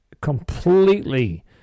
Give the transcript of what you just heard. completely